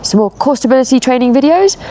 some more course diversity training videos,